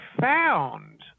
found